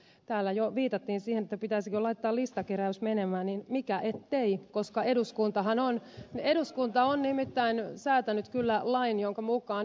kun täällä jo viitattiin siihen pitäisikö laittaa listakeräys menemään niin mikä ettei koska eduskuntahan on nimittäin kyllä säätänyt lain jonka mukaan yksittäiset kansalaiset saavat